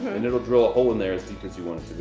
and it'll drill a hole in there as deep as you want it to.